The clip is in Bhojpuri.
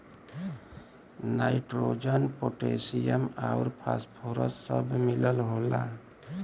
नाइट्रोजन पोटेशियम आउर फास्फोरस सब मिलल होला